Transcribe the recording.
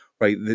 right